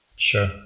Sure